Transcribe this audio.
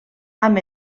amb